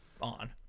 on